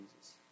Jesus